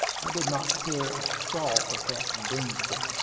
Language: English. i did not care a straw for captain boomsby.